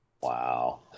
Wow